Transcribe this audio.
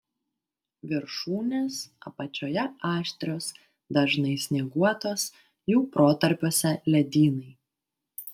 viršūnės apačioje aštrios dažnai snieguotos jų protarpiuose ledynai